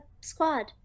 squad